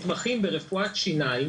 מתמחים ברפואת שיניים